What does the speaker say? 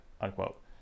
unquote